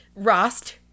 Rost